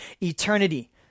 eternity